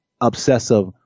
obsessive